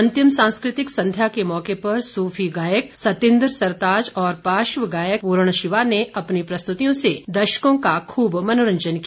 अंतिम सांस्कृतिक संध्या के मौके पर सूफी गायक सतिंदर सरताज और पार्श्व गायक प्रण शिवा ने अपनी प्रस्तुतियों से दर्शकों का खूब मनोरंजन किया